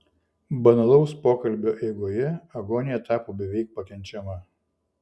banalaus pokalbio eigoje agonija tapo beveik pakenčiama